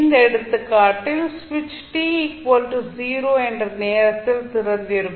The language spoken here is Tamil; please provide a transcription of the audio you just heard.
இந்த எடுத்துக்காட்டில் சுவிட்ச் t 0 என்ற நேரத்தில் திறந்திருக்கும்